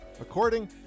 According